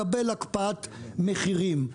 לקבל הקפאת מחירים.